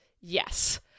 Yes